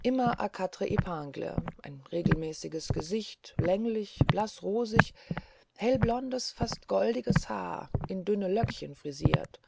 immer quatre pingles ein regelmäßiges gesicht länglich blaßrosig hellblondes fast goldiges haar in dünnen löckchen frisiert